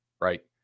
right